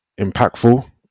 impactful